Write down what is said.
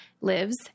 lives